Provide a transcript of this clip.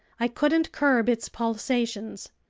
i couldn't curb its pulsations.